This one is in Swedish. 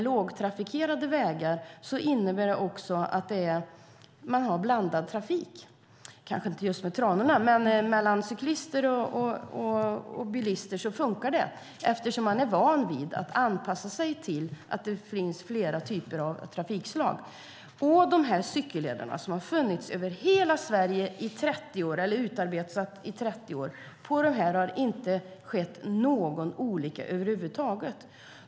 Lågtrafikerade vägar innebär också att det är blandad trafik, kanske inte just med tranor men med cyklister och bilister funkar det, eftersom man är van vid att anpassa sig till att det finns flera typer av trafikslag. På dessa cykelleder, som har utarbetats över hela Sverige i 30 år, har det inte skett någon olycka över huvud taget.